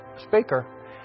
speaker